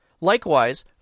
Likewise